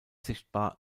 sichtbar